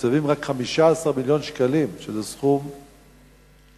מתוקצבים רק 15 מיליון שקלים, שזה סכום אפסי,